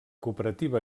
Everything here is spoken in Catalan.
cooperativa